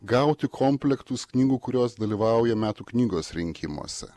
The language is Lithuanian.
gauti komplektus knygų kurios dalyvauja metų knygos rinkimuose